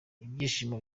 ibyishimo